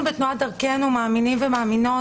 אנחנו בתנועת דרכנו מאמינים ומאמינות,